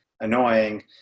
annoying